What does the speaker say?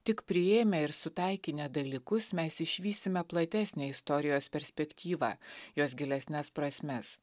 tik priėmę ir sutaikinę dalykus mes išvysime platesnę istorijos perspektyvą jos gilesnes prasmes